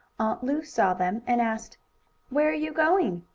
lu saw them, and asked where are you going?